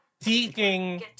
seeking